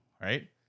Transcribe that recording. Right